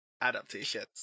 adaptations